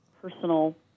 personal